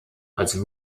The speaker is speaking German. als